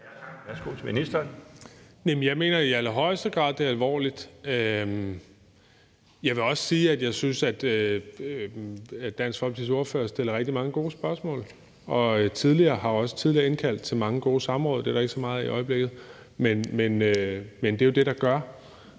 Jeg mener i allerhøjeste grad, det er alvorligt. Jeg vil også sige, at jeg synes, Dansk Folkepartis ordfører stiller rigtig mange gode spørgsmål og også tidligere har indkaldt til mange gode samråd. Dem er der ikke så mange af i øjeblikket. Men det er jo det, der gør,